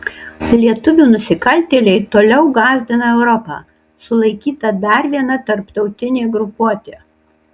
lietuvių nusikaltėliai toliau gąsdina europą sulaikyta dar viena tarptautinė grupuotė